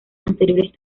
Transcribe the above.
anteriores